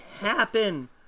happen